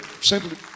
simply